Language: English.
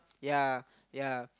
yeah yeah